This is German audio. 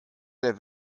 der